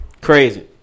Crazy